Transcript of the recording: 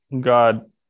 God